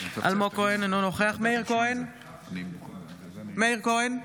אלמוג כהן, אינו נוכח מירב כהן,